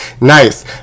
nice